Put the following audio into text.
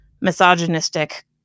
misogynistic